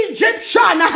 Egyptian